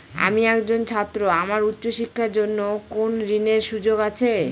আমি একজন ছাত্র আমার উচ্চ শিক্ষার জন্য কোন ঋণের সুযোগ আছে?